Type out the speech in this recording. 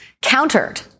countered